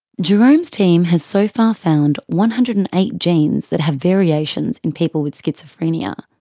gerome's team has so far found one hundred and eight genes that have variations in people with schizophrenia.